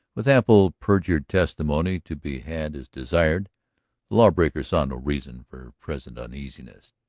with ample perjured testimony to be had as desired law-breaker saw no reason for present uneasiness.